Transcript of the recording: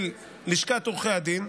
של לשכת עורכי הדין,